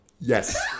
Yes